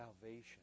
salvation